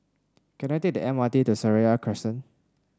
can I take the M R T to Seraya Crescent